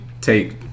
take